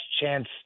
chance